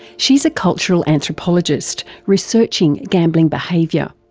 she's a cultural anthropologist researching gambling behaviour.